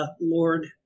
Lord